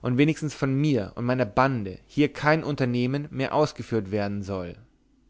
und wenigstens von mir und meiner bande hier kein unternehmen mehr ausgeführt werden soll